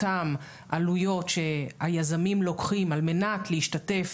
אותן עלויות שהיזמים לוקחים על מנת להשתתף